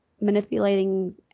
manipulating